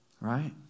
right